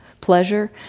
pleasure